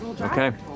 okay